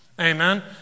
Amen